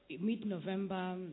mid-November